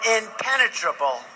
impenetrable